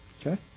Okay